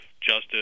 justice